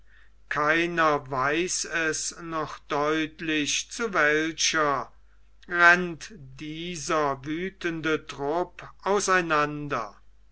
keiner weiß es noch deutlich zu welcher rennt dieser wüthende trupp auseinander